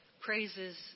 praises